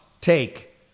take